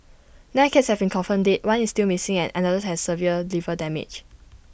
nine cats have been confirmed dead one is still missing and another has severe liver damage